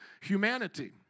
humanity